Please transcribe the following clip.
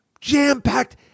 jam-packed